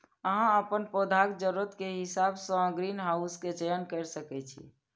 अहां अपन पौधाक जरूरत के हिसाब सं ग्रीनहाउस के चयन कैर सकै छी